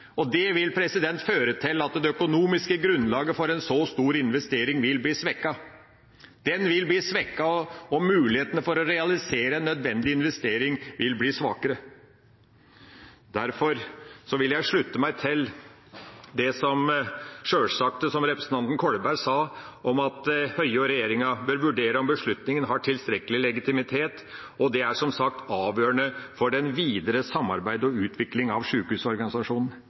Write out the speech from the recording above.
Det vil føre til at det økonomiske grunnlaget for en så stor investering vil bli svekket. Den vil bli svekket, og muligheten for å realisere nødvendig investering vil bli svakere. Derfor vil jeg slutte meg til det sjølsagte som representanten Kolberg sa om at statsråd Høie og regjeringa bør vurdere om beslutninga har tilstrekkelig legitimitet, og det er som sagt avgjørende for det videre samarbeidet og den videre utviklinga av